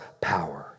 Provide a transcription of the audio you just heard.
power